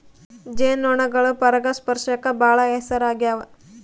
ಜೇನು ನೊಣಗಳು ಪರಾಗಸ್ಪರ್ಶಕ್ಕ ಬಾಳ ಹೆಸರಾಗ್ಯವ